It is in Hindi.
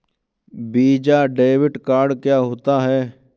वीज़ा डेबिट कार्ड क्या होता है?